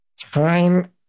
time